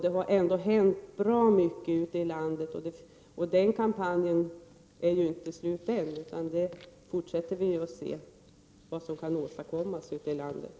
Det har ändå hänt bra mycket ute i landet, och kampanjen är inte slut än, utan vi fortsätter att se vad som kan åstadkommas på olika håll.